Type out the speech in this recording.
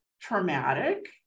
traumatic